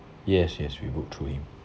yes yes we booked through him